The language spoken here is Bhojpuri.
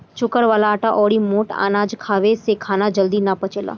चोकर वाला आटा अउरी मोट अनाज खाए से खाना जल्दी ना पचेला